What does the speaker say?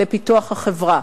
לפיתוח החברה.